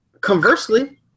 conversely